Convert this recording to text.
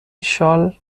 شال